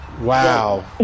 Wow